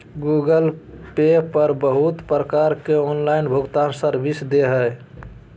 Google Pay पर बहुत प्रकार के ऑनलाइन भुगतान सर्विस दे हय